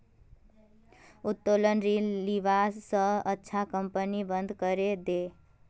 उत्तोलन ऋण लीबा स अच्छा कंपनी बंद करे दे